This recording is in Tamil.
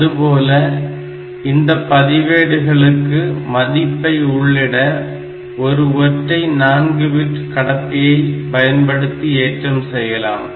அதுபோல இந்த பதிவேடுகளுக்கு மதிப்பை உள்ளிட ஒரு ஒற்றை 4 பிட்டு கடத்தியை பயன்படுத்தி ஏற்றம் செய்யலாம்